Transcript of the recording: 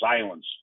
silence